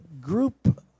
group